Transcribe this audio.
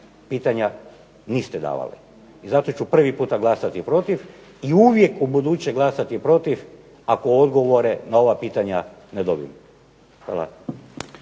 pitanja niste davali. I zato ću prvi puta glasati protiv i uvijek ubuduće glasati protiv ako odgovore na ova pitanja ne dobijem. Hvala.